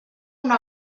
una